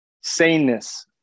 saneness